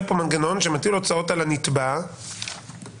כזה זה גם